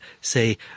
say